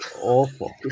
awful